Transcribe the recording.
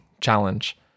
challenge